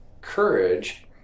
courage